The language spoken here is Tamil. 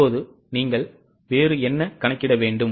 இப்போது நீங்கள் வேறு என்ன கணக்கிட வேண்டும்